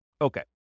Okay